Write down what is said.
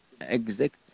exact